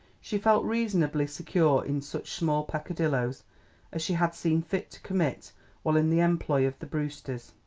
she felt reasonably secure in such small pecadilloes as she had seen fit to commit while in the employ of the brewsters.